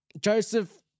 Joseph